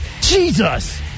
Jesus